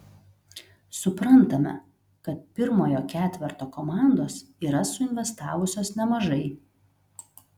suprantame kad pirmojo ketverto komandos yra suinvestavusios nemažai